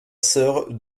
sœur